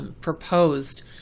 proposed